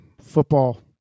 football